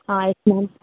yes ma'am